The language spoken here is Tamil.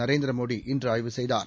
நரேந்திரமோடி இன்றுஆய்வு செய்தார்